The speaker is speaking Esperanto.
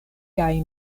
kaj